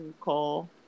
call